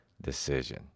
decision